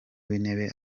w’intebe